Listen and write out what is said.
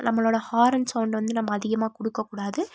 நம்மளோடய horn sound வந்து நம்ம அதிகமாக கொடுக்கக்கூடாது